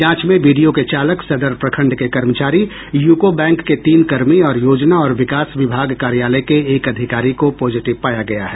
जांच में बीडीओ के चालक सदर प्रखंड को कर्मचारी यूको बैंक के तीन कर्मी और योजना और विकास विभाग कार्यालय के एक अधिकारी को पॉजिटिव पाया गया है